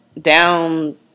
down